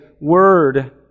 word